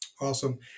Awesome